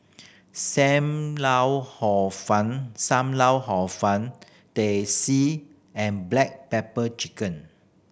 lau Hor Fun Sam Lau Hor Fun Teh C and black pepper chicken